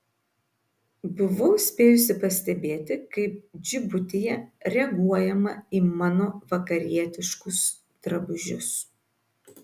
buvau spėjusi pastebėti kaip džibutyje reaguojama į mano vakarietiškus drabužius